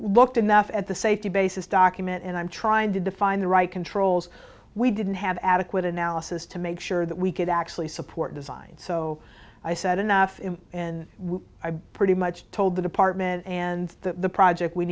looked enough at the safety basis document and i'm trying to find the right controls we didn't have adequate analysis to make sure that we could actually support design so i said enough in pretty much told the department and the project we